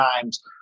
times